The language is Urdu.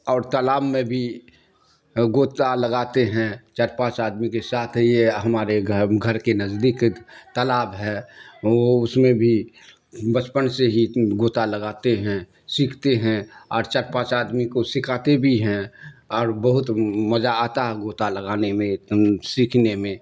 اور تالاب میں بھی گوتا لگاتے ہیں چار پانچ آدمی کے ساتھ یہ ہمارے گھر گھر کے نزدیک تالاب ہے وہ اس میں بھی بچپن سے ہی گوتا لگاتے ہیں سیکھتے ہیں اور چار پانچ آدمی کو سکھاتے بھی ہیں اور بہت مجہ آتا ہے گوتا لگانے میں سیکھنے میں